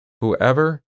Whoever